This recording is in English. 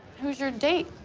who's your date?